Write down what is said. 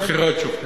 בחירת שופטים,